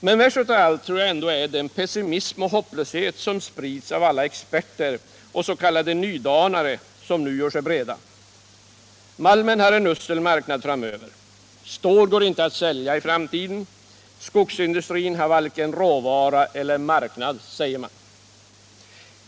Men värst av allt är ändå, tror jag, den pessimism och hopplöshet som sprids av alla experter och s.k. nydanare, som nu gör sig breda. Malmen har en usel marknad framöver, stål går inte att sälja i framtiden och skogsindustrin har varken råvara eller marknad, säger man.